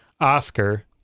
oscar